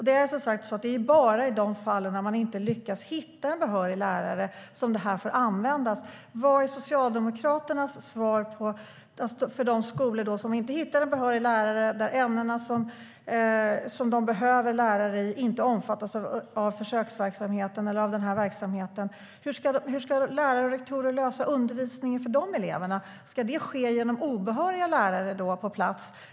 Det får som sagt bara användas i de fall där man inte lyckas hitta en behörig lärare. Vad är Socialdemokraternas svar till de skolor som inte hittar en behörig lärare och där ämnena som de behöver lärare i inte omfattas av försöksverksamheten? Hur ska lärare och rektorer lösa undervisningen för de eleverna? Ska det ske genom obehöriga lärare på plats?